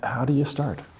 ah do you start?